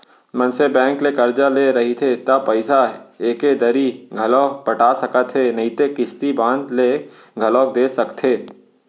मनसे बेंक ले करजा ले रहिथे त पइसा एके दरी घलौ पटा सकत हे नइते किस्ती बांध के घलोक दे सकथे